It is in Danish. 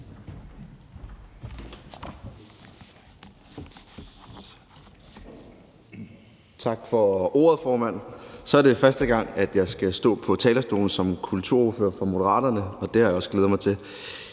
Tak for ordet, formand. Så er det første gang, at jeg skal stå på talerstolen som kulturordfører for Moderaterne, og det har jeg også glædet mig til.